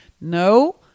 no